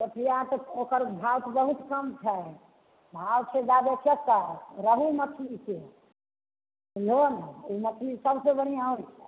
पोठिआ तऽ ओकर भाव तऽ बहुत कम छै भाव छै जादे केकर रहु मछलीके मछली सबसँ बढ़िआँ होइ छै